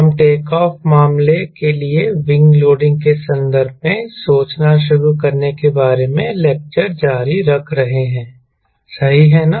हम take off मामले के लिए विंग लोडिंग के संदर्भ में सोचना शुरू करने के बारे में लेक्चर जारी रख रहे हैं सही है ना